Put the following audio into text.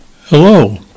Hello